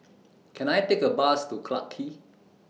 Can I Take A Bus to Clarke Quay